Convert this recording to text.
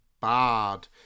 bad